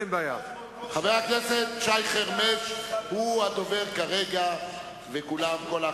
מילא היה אומר את זה השר ליברמן פעם אחת.